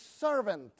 servant